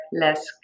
less